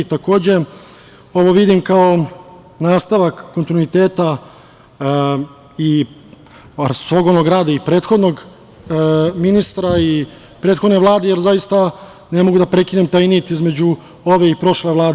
Ovo vidim kao nastavak kontinuiteta i ogromnog rada i prethodnog ministra i prethodne Vlade, jer zaista ne mogu da prekinem taj nit između ove i prošle Vlade.